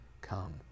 Come